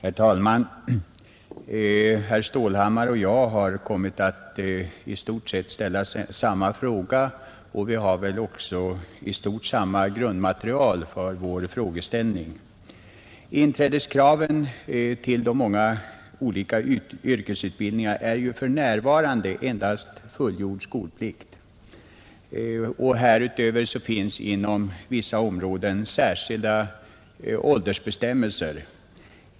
Herr talman! Herr Stålhammar och jag har kommit att i stort sett ställa samma fråga, och vi har väl också i stort samma grundmaterial för vår frågeställning. Inträdeskraven till många olika yrkesutbildningar är för närvarande endast fullgjord skolplikt. Härutöver finns inom vissa områden särskilda åldersbestämmelser.